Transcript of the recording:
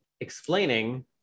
explaining